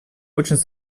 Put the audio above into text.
очень